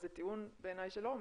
זה טיעון, בעיניי, שלא עומד.